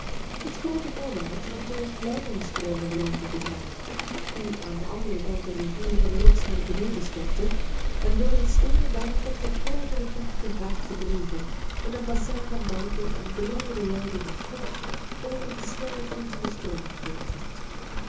het groote molenrad werd door een kleineren stroom in de rondte gedraaid die aan den anderen kant der rivier van de rots naar beneden stortte en door een steenen dam tot nog grootere kracht en vaart gedreven in een bassin van balken een breede leiding of goot over den snelvlietenden stroom gevoerd werd